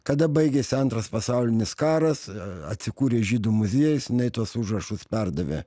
kada baigėsi antras pasaulinis karas atsikūrė žydų muziejus jinai tuos užrašus perdavė